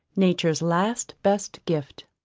nature's last, best gift